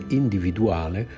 individuale